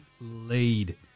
lead